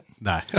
No